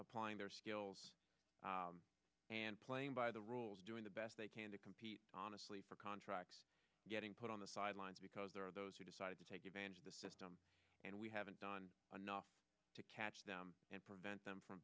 applying their skills and playing by the rules doing the best they can to compete honestly for contracts getting put on the sidelines because there are those who decided to take the system and we haven't done enough to catch them and prevent them from